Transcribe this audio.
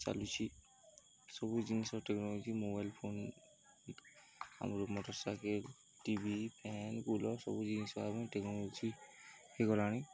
ଚାଲୁଛି ସବୁ ଜିନିଷ ଟେକ୍ନୋଲୋଜି ମୋବାଇଲ୍ ଫୋନ୍ ଆମର motor cycle T V fan cooler ସବୁ ଜିନିଷ ଆମେ ଟେକ୍ନୋଲୋଜି ହୋଇଗଲାଣି